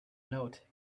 note